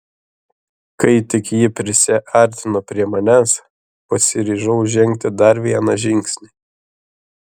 kai tik ji prisiartino prie manęs pasiryžau žengti dar vieną žingsnį